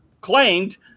claimed